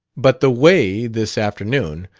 but the way, this afternoon,